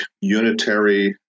unitary